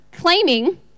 claiming